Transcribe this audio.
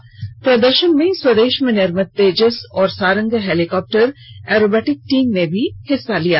इस प्रदर्शन में स्वदेश में निर्मित तेजस और सारंग हेलिकॉप्टर ऐरोबेटिक टीम ने भी भाग लिया